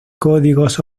códigos